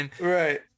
Right